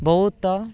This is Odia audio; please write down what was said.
ବହୁତ